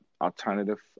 alternative